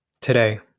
today